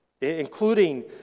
including